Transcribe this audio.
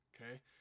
okay